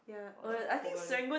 or the convent